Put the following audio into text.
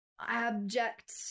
abject